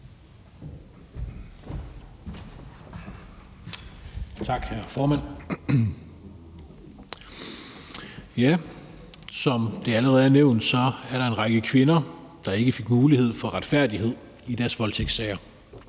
Tak, hr. formand. Som det allerede er nævnt, er der en række kvinder, der ikke fik mulighed for retfærdighed i deres voldtægtssager.